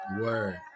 Word